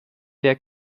der